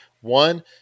One